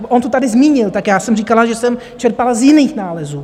On to tady zmínil, tak já jsem říkala, že jsem čerpala z jiných nálezů.